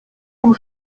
vom